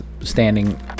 standing